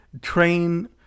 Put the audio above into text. train